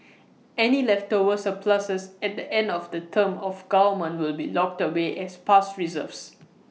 any leftover surpluses at the end of the term of government will be locked away as past reserves